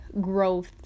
growth